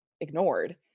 ignored